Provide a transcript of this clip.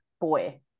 boy